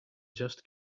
just